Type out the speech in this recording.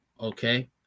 okay